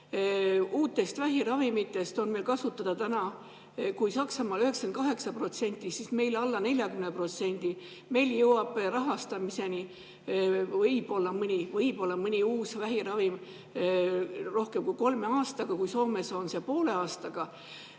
Uutest vähiravimitest on kasutada Saksamaal 98%, aga meil alla 40%. Meil jõuab rahastamiseni võib-olla mõni uus vähiravim rohkem kui kolme aastaga, samas Soomes poole aastaga.